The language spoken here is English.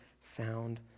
found